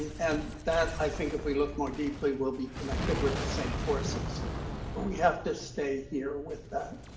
and and that, i think, if we look more deeply, will be connected with the same forces. but we have to stay here with that.